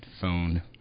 phone